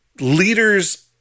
leaders